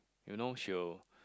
you know she'll